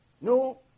No